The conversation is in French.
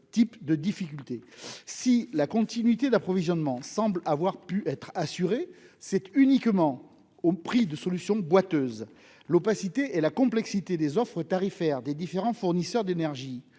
Si la continuité d'approvisionnement semble avoir pu être assurée, c'est uniquement au prix de solutions boiteuses. L'opacité et la complexité des offres tarifaires des différents fournisseurs d'énergie